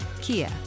Kia